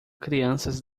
crianças